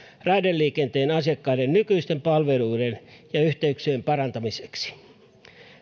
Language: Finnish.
raideliikenteen asiakkaiden nykyisten palveluiden ja yhteyksien parantamiseksi